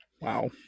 Wow